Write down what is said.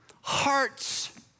Hearts